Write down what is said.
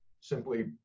simply